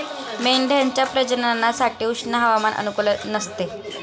मेंढ्यांच्या प्रजननासाठी उष्ण हवामान अनुकूल नसते